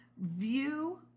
view